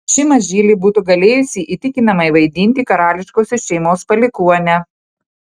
ši mažylė būtų galėjusi įtikinamai vaidinti karališkosios šeimos palikuonę